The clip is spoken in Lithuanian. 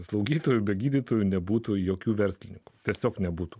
slaugytojų be gydytojų nebūtų jokių verslininkų tiesiog nebūtų